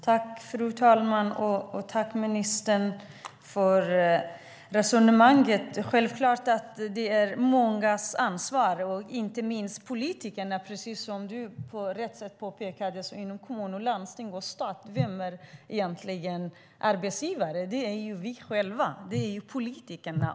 Fru talman! Tack, ministern, för resonemanget! Självklart är det mångas ansvar, och inte minst politikernas. Precis som du påpekade gömmer kommuner, landsting och stat egentligen arbetsgivare. Det är ju vi själva, politikerna.